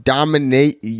Dominate